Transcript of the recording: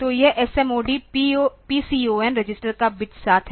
तो यह SMOD PCON register का बिट 7 है